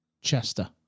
Chester